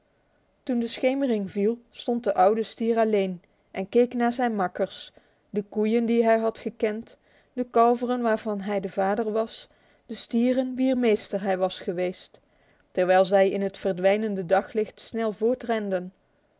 toen de schemering viel stond de oude stier alleen en keek naar zijn makkers de koeien die hij had gekend de kalveren waarvan hij de vader was de stieren wier meester hij was geweest terwijl zij in het verdwijnende daglicht snel voortrenden